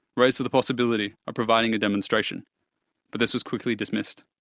raised the the possibility of providing a demonstration but this was quickly dismissed.